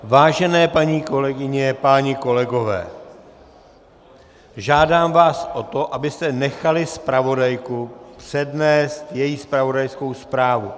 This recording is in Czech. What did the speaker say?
Vážené paní kolegyně, páni kolegové, žádám vás o to, abyste nechali zpravodajku přednést její zpravodajskou zprávu.